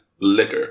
liquor